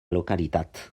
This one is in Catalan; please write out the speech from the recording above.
localitat